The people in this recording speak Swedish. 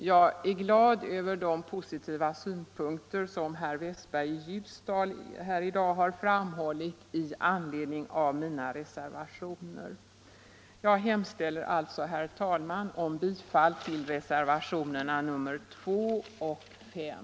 Jag är glad över de positiva synpunkter som herr Westberg i Ljusdal här i dag har framhållit i anledning av mina reservationer. Jag hemställer alltså, herr talman, om bifall till reservationerna 2 och 5.